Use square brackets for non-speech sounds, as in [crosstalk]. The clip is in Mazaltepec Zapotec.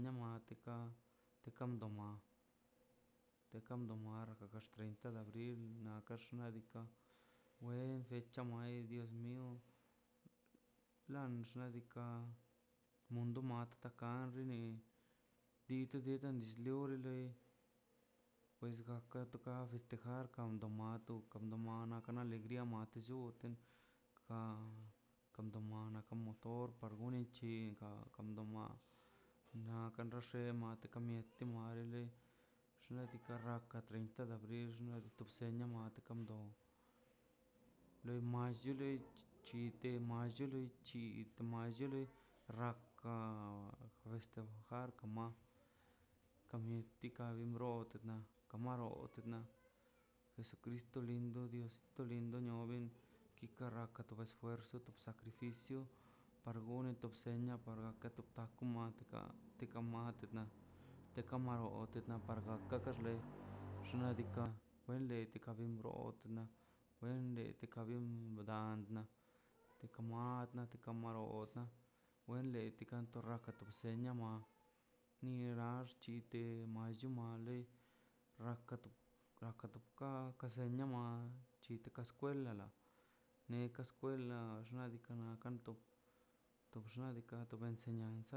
Namatika te kan do ma tokan do mar lo bex treinta de abril tokax nadika wen sapue muei dios mio la xnadika la de munod kat te nin xludei l pues to kat to festejar kando matu kan do [hesitation] ma kando alegria tamat llud kan kando mane kador do kando ma na kando xe na kana le na kanto karraka [hesitation] treinta de abril xna to bsenia mod kando lo malluo lei [noise] chite malle loi chiit mallo lei raka este raka ma le diika da rod diika ka da rood les ti [unintelligible] linod nione kika raka to bell pues berxo dikara llu par gone to bsenia par da pata komua dadka tika ka mio te kamarote (noie) teka na par gakan na xlei xna' diika' wei le ka bin brot na tendrele ka bin dan [hesitation] toka mal natika kamarod tika te wen dika to raka to nbsenia ni rera bchite nada chun lei rakato raka kaka senlo mia chita ka skwel la la ne ka skwel la xna diika to kanto na xna' diika to b